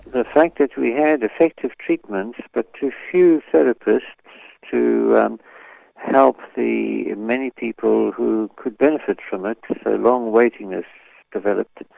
the fact that we had effective treatments but too few therapists to um help the many people who could benefit from it, a long waiting list developed,